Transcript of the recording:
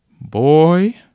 Boy